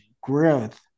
growth